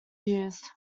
used